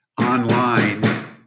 online